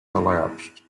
collapsed